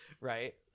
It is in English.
right